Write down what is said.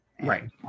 Right